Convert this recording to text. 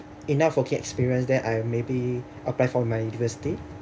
enough working experience then I maybe apply for my university